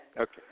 Okay